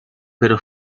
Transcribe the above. pero